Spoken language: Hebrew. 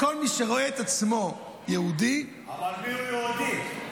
כל מי שרואה את עצמו יהודי --- אבל מיהו יהודי?